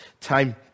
time